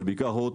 אבל בעיקר הוט,